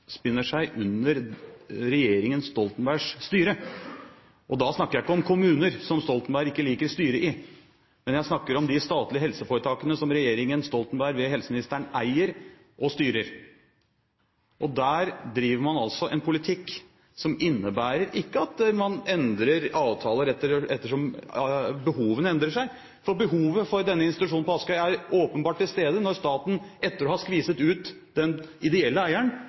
utspinner seg under regjeringen Stoltenbergs styre. Da snakker jeg ikke om kommuner som Stoltenberg ikke liker styret i, men jeg snakker om de statlige helseforetakene som regjeringen Stoltenberg ved helseministeren eier og styrer. Der driver man ikke en politikk som innebærer at man endrer avtaler etter som behovene endrer seg – for behovet for denne institusjonen på Askøy er åpenbart til stede når staten etter å ha skviset ut den ideelle eieren,